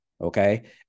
okay